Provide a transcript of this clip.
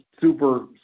super